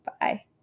bye